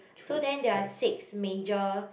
so then there're six major